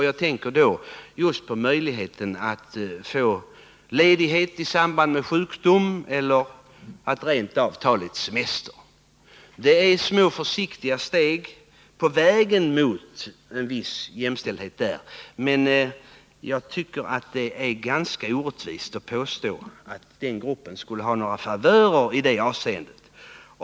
Jag tänker på möjligheten att få ledighet i samband med sjukdom eller att rent av ta litet semester. Det har tagits små försiktiga steg på vägen mot en viss jämställdhet därvidlag, men jag tycker att det är ganska orättvist att påstå att jordbrukarna skulle ha några favörer i det avseendet.